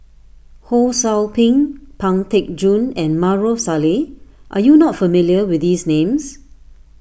Ho Sou Ping Pang Teck Joon and Maarof Salleh are you not familiar with these names